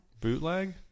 Bootleg